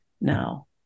now